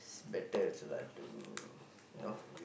it's better also lah to you know